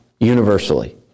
Universally